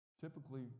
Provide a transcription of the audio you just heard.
typically